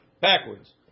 backwards